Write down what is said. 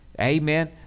amen